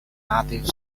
native